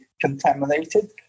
contaminated